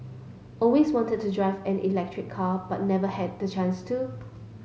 always wanted to drive an electric car but never had the chance to